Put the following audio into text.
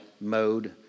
mode